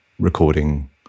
recording